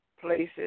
places